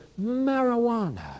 marijuana